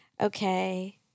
Okay